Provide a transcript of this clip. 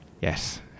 Yes